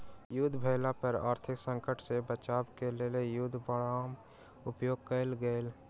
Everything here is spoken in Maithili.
युद्ध भेला पर आर्थिक संकट सॅ बचाब क लेल युद्ध बांडक उपयोग कयल गेल